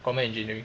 common engineering